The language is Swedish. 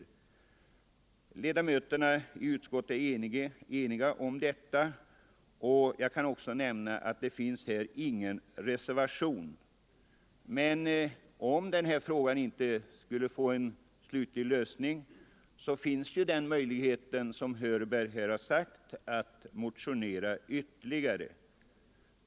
Utskottsledamöterna är eniga om denna skrivning; det föreligger ingen reservation. Men om frågan inte på det här sättet skulle få en slutlig lösning finns ju möjligheten — som herr Hörberg sade — att motionera ytterligare.